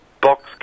Box